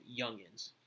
youngins